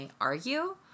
argue